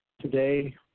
Today